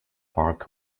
park